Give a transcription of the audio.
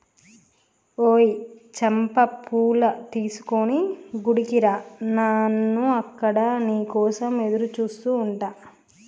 ఓయ్ చంపా పూలు తీసుకొని గుడికి రా నాను అక్కడ నీ కోసం ఎదురుచూస్తు ఉంటా